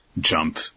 Jump